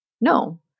No